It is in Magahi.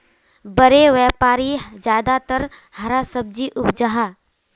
बड़े व्यापारी ज्यादातर हरा सब्जी उपजाहा